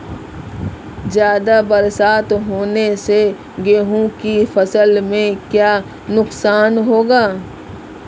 ज़्यादा बरसात होने से मूंग की फसल में क्या नुकसान होगा?